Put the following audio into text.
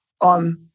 on